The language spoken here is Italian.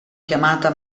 chiamata